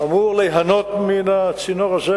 אמור ליהנות מהצינור הזה,